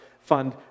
fund